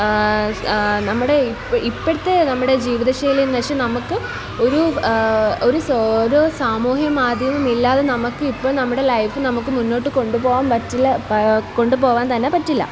നമ്മുടെ ഇപ്പം ഇപ്പോഴത്തെ നമ്മുടെ ജീവിതശൈലി എന്ന് വച്ചാൽ നമ്മൾക്ക് ഒരു ഒരു ഒരു സാമൂഹ മാധ്യമം ഇല്ലാതെ നമുക്ക് ഇപ്പോൾ നമ്മുടെ ലൈഫ് നമുക്ക് മുന്നോട്ട് കൊണ്ടു പോവാൻ പറ്റില്ല കൊണ്ടു പോവാൻ തന്നെ പറ്റില്ല